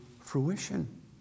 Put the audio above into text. fruition